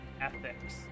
ethics